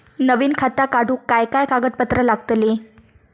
नवीन खाता काढूक काय काय कागदपत्रा लागतली?